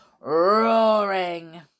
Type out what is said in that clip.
Roaring